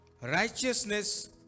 righteousness